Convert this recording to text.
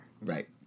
Right